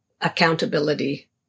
accountability